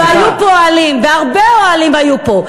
והיו פה אוהלים, והרבה אוהלים היו פה.